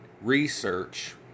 research